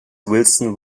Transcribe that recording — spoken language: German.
wilson